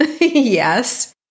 Yes